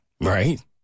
Right